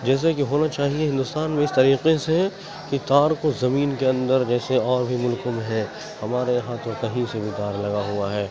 جیسے کہ ہونا چاہیے ہندوستان میں اس طریقے سے کہ تار کو زمین کے اندر جیسے اور بھی ملکوں میں ہے ہمارے یہاں تو کہیں سے بھی تار لگا ہوا ہے